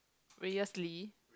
Reyus-Lee